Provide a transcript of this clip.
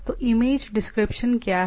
तो image description क्या है